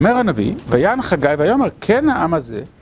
אמר הנביא, ויען חגי, ויאמר כן העם הזה